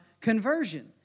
conversion